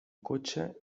cotxe